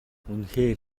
үнэхээр